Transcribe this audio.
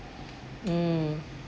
mm